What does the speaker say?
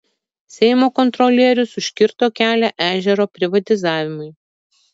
seimo kontrolierius užkirto kelią ežero privatizavimui